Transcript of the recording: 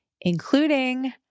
including